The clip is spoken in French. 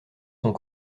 sont